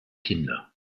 kinder